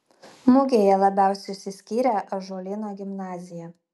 mugėje labiausiai išsiskyrė ąžuolyno gimnazija